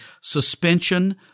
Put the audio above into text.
suspension